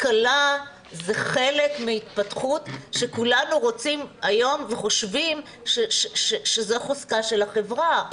השכלה זה חלק מהתפתחות שכולנו רוצים היום וחושבים שזו חוזקה של החברה.